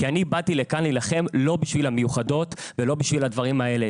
כי אני באתי לכאן להילחם לא בשביל המיוחדות ולא בשביל הדברים האלה,